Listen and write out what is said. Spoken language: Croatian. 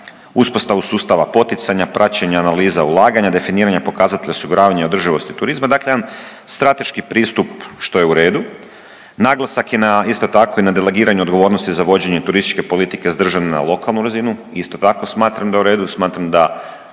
uspostavu sustava poticanja praćenja analiza ulaganja, definiranja pokazatelja osiguravanja i održivosti turizma. Dakle, jedan strateški pristup što je u redu. Naglasak je na isto tako i na delegiranju odgovornosti za vođenje turističke politike sa države na lokalnu razinu. Isto tako smatram da je u redu. Smatram da